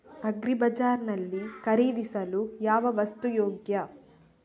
Agri Bazaar ನಲ್ಲಿ ಖರೀದಿಸಲು ಯಾವ ವಸ್ತು ಯೋಗ್ಯ?